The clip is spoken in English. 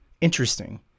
Interesting